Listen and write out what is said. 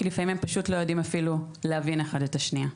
כי לפעמים הם פשוט לא יודעים להבין אחד את השנייה.